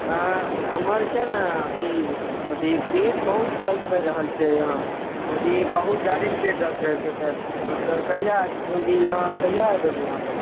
हमर जे छै ने अथी अथी पेट बहुत दर्द करि रहल छै हँ बहुत जादे पेट दर्द करि रहल छै तऽ कहिया कहिया एबै यहाँ पर